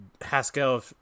Haskell